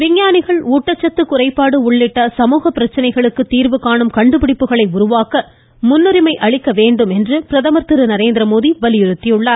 விஞ்ஞானிகள் ஊட்டச்சத்து குறைபாடு உள்ளிட்ட சமூகப் பிரச்சனைகளுக்கு தீர்வு காணும் கண்டுபிடிப்புகளை உருவாக்க முன்னுரிமை அளிக்க வேண்டும் என்று பிரதமா் திருநரேந்திரமோடி வலியுறுத்தியுள்ளார்